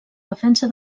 defensa